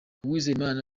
uwizeyimana